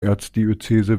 erzdiözese